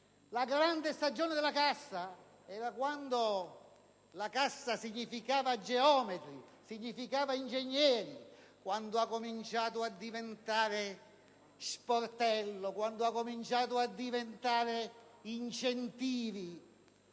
La grande stagione della Cassa risale a quando la Cassa significava geometri, significava ingegneri. Quando ha cominciato a diventare sportello, quando ha cominciato a diventare incentivi